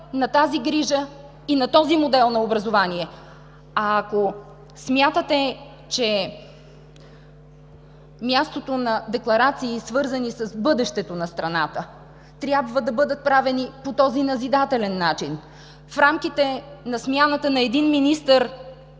на тази грижа и на този модел на образование. Ако смятате, че мястото на декларации, свързани с бъдещето на страната, трябва да бъдат правени по този назидателен начин, в рамките на смяната на един министър,